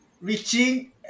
Reaching